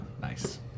Nice